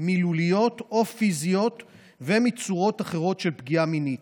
מילוליות או פיזיות ומצורות אחרות של פגיעה מינית,